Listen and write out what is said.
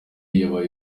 yabaye